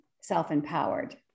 self-empowered